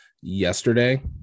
yesterday